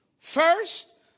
First